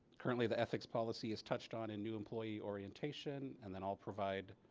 currently the ethics policy is touched on a new employee orientation. and then i'll provide